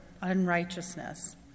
unrighteousness